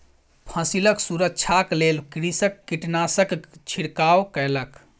फसिलक सुरक्षाक लेल कृषक कीटनाशकक छिड़काव कयलक